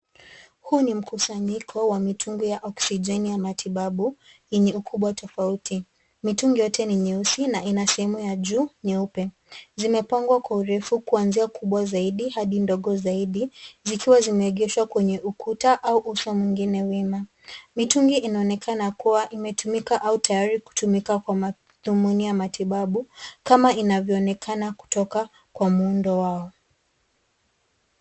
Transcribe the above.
Huu ni mkusanyiko wa mitungi ya oxygeni ya matibabu yenye ukubwa tofauti. Mitungi yote ni nyeusi na ina sehemu ya juu nyeupe. Zimepangwa kwa urefu kuanzia kubwa zaidi hadi ndogo zaidi zikiwa zimeegeshwa kwenye ukuta au uso mwingine wima. Mitungi inaonekana kuwa imetumika au tayari kutumika kwa mathumuni ya matibabu kama inavyo onekana kutoka kwa muundo wao.